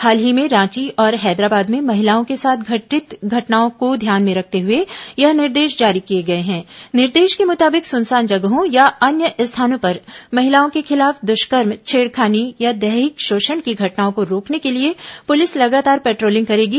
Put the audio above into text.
हाल ही में रांची और हैदराबाद में महिलाओं के साथ घटित घटनाओं के ध्यान में रखते यह निर्देश जारी किए गए के निर्देश के मुताबिक सुनसान जगहों या अन्य स्थानों पर महिलाओं के खिलाफ द्ष्कर्म छेड़खानी या दैहिक शोषण की घटनाओं को रोकने के लिए पुलिस लगातार पेट्र ोलिंग करेगी